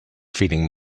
feeling